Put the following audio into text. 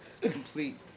complete